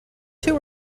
two